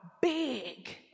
big